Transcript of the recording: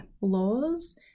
laws